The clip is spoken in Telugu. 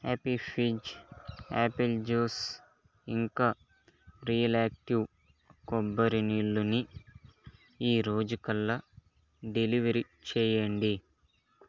యాపీ ఫిజ్ యాపిల్ జూస్ ఇంకా రియల్ యాక్టివ్ కొబ్బరి నీళ్ళని ఈరోజు కల్లా డెలివరి చెయ్యండి